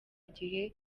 gihe